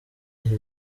iki